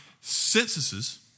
Censuses